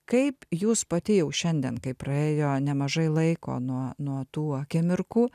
kaip jūs pati jau šiandien kai praėjo nemažai laiko nuo nuo tų akimirkų